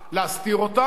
להסתיר אותם,